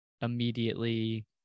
immediately